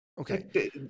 Okay